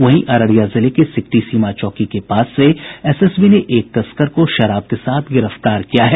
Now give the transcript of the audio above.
वहीं अररिया जिले के सिकटी सीमा चौकी के पास से एसएसबी ने एक तस्कर को शराब के साथ गिरफ्तार किया है